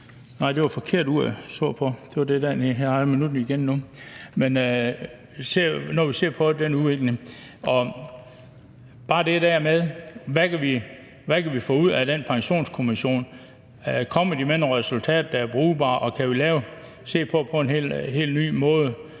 vi kan få ud af den pensionskommission: Kommer de med nogle resultater, der er brugbare, og kan vi se på en helt ny måde